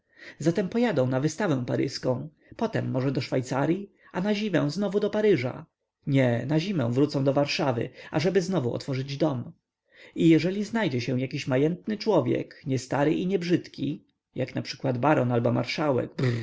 zatem pojadą na wystawę paryską potem może do szwajcaryi a na zimę znowu do paryża nie na zimę wrócą do warszawy ażeby znowu otworzyć dom i jeżeli znajdzie się jaki majętny człowiek niestary i niebrzydki jak naprzykład baron albo marszałek br wreszcie nie parweniusz i